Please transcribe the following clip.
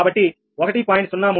కాబట్టి 1